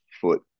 foot